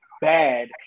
bad